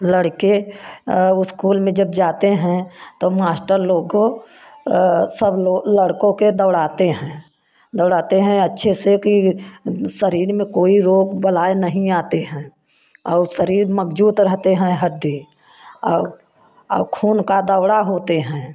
लड़के इस्कूल में जब जाते हैं तो मास्टर लोगों सब लड़कों के दौड़ाते हैं दौड़ाते हैं अच्छे से कि शरीर में कोई रोग बलाए नही आती हैं और शरीर मजबूत रहते हैं हड्डी और और खून का दौड़ा होते हैं